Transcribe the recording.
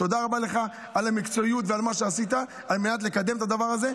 תודה רבה לך על המקצועיות ועל מה שעשית על מנת לקדם את הדבר הזה,